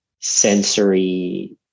sensory